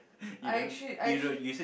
I actually I actually